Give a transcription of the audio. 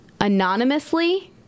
anonymously